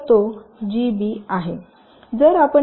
तर तो G B आहे